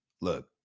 Look